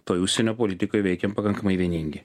toj užsienio politikoj veikiam pakankamai vieningi